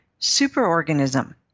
superorganism